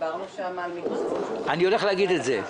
דיברנו שם על --- אני הולך להגיד את זה.